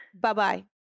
Bye-bye